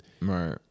right